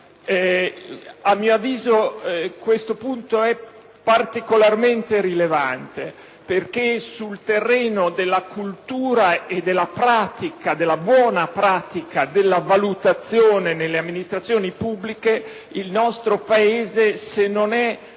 A mio avviso, questo punto è particolarmente rilevante perché sul terreno della cultura e della pratica - della buona pratica - della valutazione nelle amministrazioni pubbliche il nostro Paese, se non è